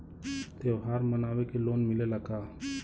त्योहार मनावे के लोन मिलेला का?